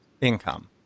income